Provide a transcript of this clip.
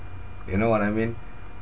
you know what I mean